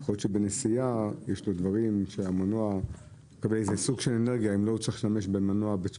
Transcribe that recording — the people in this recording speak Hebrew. האם יש שימוש אחר במנוע כשעומדים במקום,